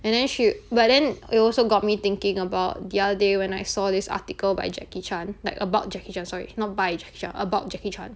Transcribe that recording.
and then she but then it also got me thinking about the other day when I saw this article by jackie chan like about jackie chan sorry not by jackie chan about jackie chan